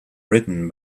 written